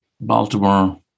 Baltimore